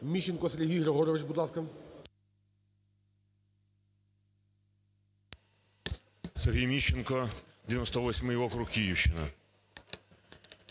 Сергій Міщенко, 98 округ, Київщина.